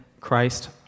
Christ